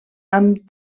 amb